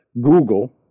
Google